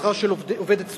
שכר של עובדת סוציאלית,